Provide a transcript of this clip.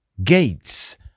Gates